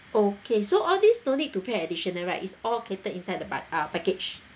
okay so all these no need to pay additional right is all catered inside the pac~ uh package